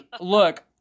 look